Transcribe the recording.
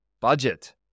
budget